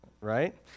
right